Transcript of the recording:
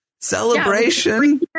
Celebration